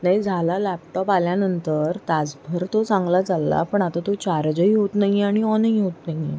नाही झाला लॅपटॉप आल्यानंतर तासभर तो चांगला चालला पण आता तो चार्जहीहोत नाही आहे आणि ऑनही होत नाही आहे